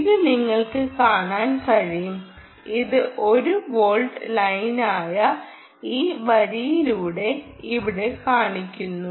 ഇത് നിങ്ങൾക്ക് കാണാൻ കഴിയും ഇത് 1 വോൾട്ട് ലൈനായ ഈ വരിയിലൂടെ ഇവിടെ കാണിക്കുന്നു